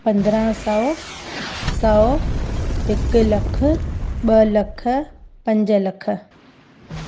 पंद्रहं सौ सौ हिकु लखु ॿ लख पंज लख